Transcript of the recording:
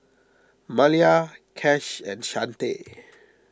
Malia Cash and Chante